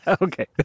Okay